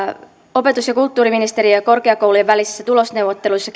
opetus ja kulttuuriministeriön ja korkeakoulujen välisissä tulosneuvotteluissa